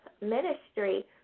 ministry